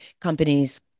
companies